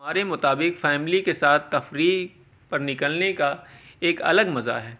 ہمارے مطابق فیملی کے ساتھ تفریح پر نکلنے کا ایک الگ مزہ ہے